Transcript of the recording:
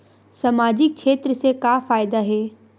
सामजिक क्षेत्र से का फ़ायदा हे?